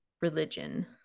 religion